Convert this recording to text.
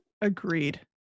Agreed